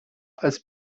als